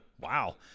Wow